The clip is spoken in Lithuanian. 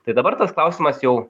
tai dabar tas klausimas jau